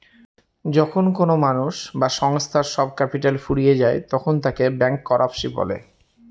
যখন কোনো মানুষ বা সংস্থার সব ক্যাপিটাল ফুরিয়ে যায় তখন তাকে ব্যাংকরাপসি বলে